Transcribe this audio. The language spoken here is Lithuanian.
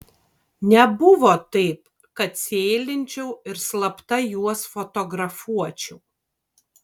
nebuvo taip kad sėlinčiau ir slapta juos fotografuočiau